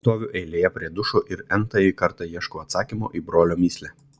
stoviu eilėje prie dušo ir n tąjį kartą ieškau atsakymo į brolio mįslę